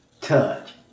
touch